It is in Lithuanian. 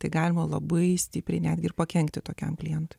tai galima labai stipriai netgi ir pakenkti tokiam klientui